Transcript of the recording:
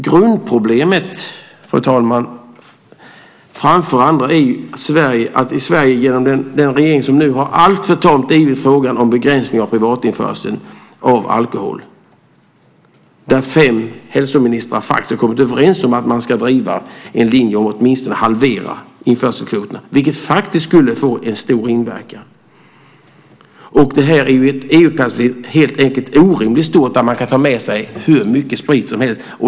Grundproblemet, fru talman, framför andra är att Sverige genom den regering som vi nu har alltför tamt har drivit frågan om en begränsning av privatinförseln av alkohol. Fem hälsoministrar har faktiskt kommit överens om att driva linjen om åtminstone halverade införselkvoter, vilket skulle få en stor inverkan. I ett EU-perspektiv är privatinförseln helt enkelt orimligt stor. Man kan ju ta med sig hur mycket sprit som helst.